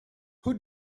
who